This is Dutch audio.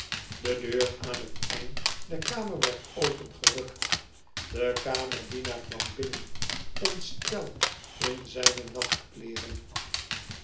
de deur aan het eind der kamer werd opengerukt de kamerdienaar kwam binnen ontsteld in zijne